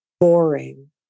boring